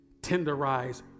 tenderize